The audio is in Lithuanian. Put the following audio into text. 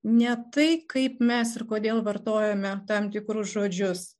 ne tai kaip mes ir kodėl vartojame tam tikrus žodžius